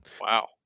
Wow